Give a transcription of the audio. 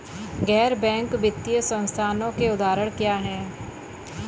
गैर बैंक वित्तीय संस्थानों के उदाहरण क्या हैं?